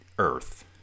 earth